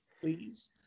please